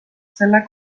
selle